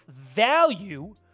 value